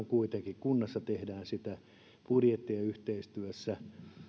kuitenkin kunnassa tehdään budjettia yhteistyössä